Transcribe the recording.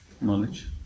Knowledge